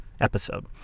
episode